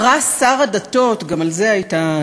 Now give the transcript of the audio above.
פרס שר הדתות, גם על זה הייתה